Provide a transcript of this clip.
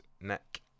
neck